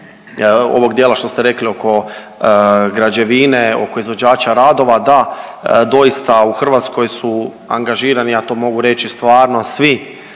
ovog dijela što ste rekli oko građevine, oko izvođača radova. Da, doista u Hrvatskoj su angažirani ja to mogu reći stvarno svi,